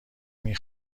نمی